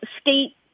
state